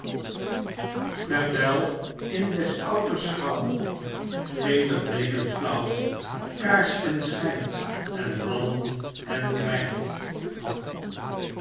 terwijl in des outers schauw gelig bleek en flauw t kaarsken schijnt en walmt en kwijnt